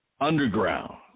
underground